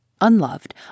Unloved